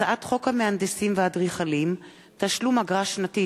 הצעת חוק המהנדסים והאדריכלים (תשלום אגרה שנתית,